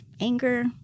anger